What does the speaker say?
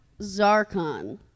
Zarkon